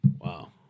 Wow